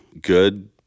good